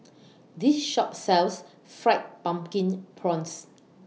This Shop sells Fried Pumpkin Prawns